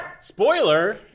spoiler